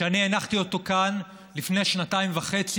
שאני הנחתי כאן לפני שנתיים וחצי